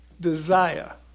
desire